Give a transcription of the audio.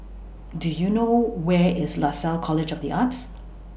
Do YOU know Where IS Lasalle College of The Arts